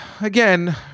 again